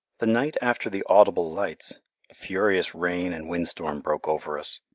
the night after the audible lights a furious rain and wind storm broke over us.